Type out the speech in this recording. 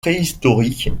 préhistorique